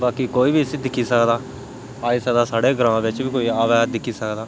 बाकी कोई बी इसी दिक्खी सकदा आई सकदा साढ़े ग्रांऽ बिच्च बी कोई आवै दिक्खी सकदा